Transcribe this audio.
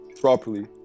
properly